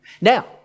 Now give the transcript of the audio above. Now